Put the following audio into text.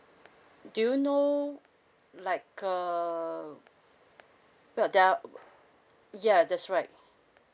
do you know like err well there are w~ ya that's right